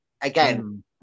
Again